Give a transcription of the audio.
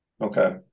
Okay